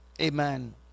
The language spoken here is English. amen